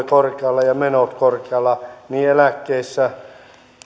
korkealla ja menojen korkealla eläkkeissä